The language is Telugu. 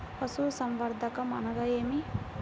పశుసంవర్ధకం అనగా ఏమి?